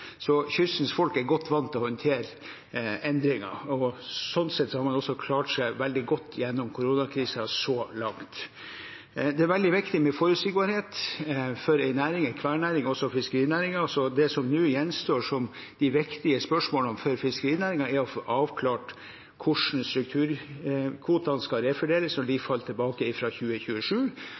Kystens folk er godt vant til å håndtere endringer, og sånn sett har man klart seg veldig godt gjennom koronakrisen så langt. Det er veldig viktig med forutsigbarhet for enhver næring, også fiskerinæringen. Det som nå gjenstår som de viktige spørsmålene for fiskerinæringen, er å få avklart hvordan strukturkvotene skal refordeles når de faller tilbake fra 2027,